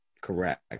Correct